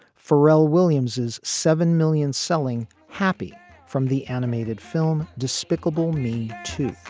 pharrell williams is seven million selling happy from the animated film despicable me to